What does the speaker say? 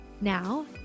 Now